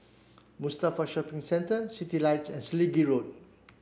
Mustafa Shopping Centre Citylights and Selegie Road